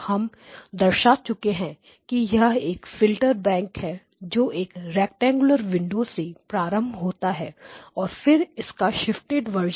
हम दर्शा चुके हैं कि यह एक फिल्टर बैंक है जो एक रैक्टेंगुलर विंडो से प्रारंभ होता है और फिर इसका शिफ्टेड वर्जन